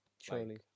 surely